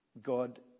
God